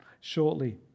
shortly